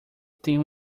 tenho